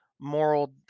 moral